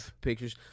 pictures